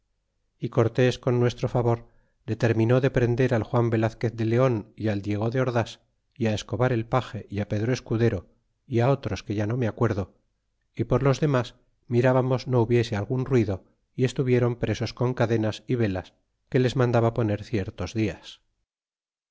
y cortés con nuestro favor determinó de prender al juan velazquez de leon y al diego de ords y á escobar el page c pedro escudero y otros que ya no me acuerdo y por los demas mirbamos no hubiese algun ruido y es tuviéron presos con cadenas y velas que les mandaba poner ciertos dias